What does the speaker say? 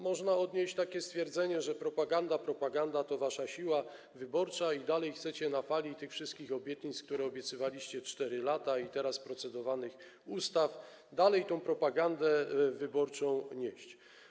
Można odnieść takie wrażenie, że propaganda to wasze siła wyborcza i dalej chcecie na fali tych wszystkich obietnic, które obiecywaliście 4 lata, i teraz procedowanych ustaw tę propagandę wyborczą nieść.